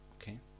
Okay